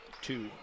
two